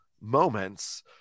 moments